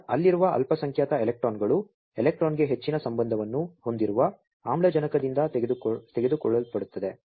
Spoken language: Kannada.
ಆದ್ದರಿಂದ ಅಲ್ಲಿರುವ ಅಲ್ಪಸಂಖ್ಯಾತ ಎಲೆಕ್ಟ್ರಾನ್ಗಳು ಎಲೆಕ್ಟ್ರಾನ್ಗೆ ಹೆಚ್ಚಿನ ಸಂಬಂಧವನ್ನು ಹೊಂದಿರುವ ಆಮ್ಲಜನಕದಿಂದ ತೆಗೆದುಕೊಳ್ಳಲ್ಪಡುತ್ತವೆ